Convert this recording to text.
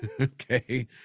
okay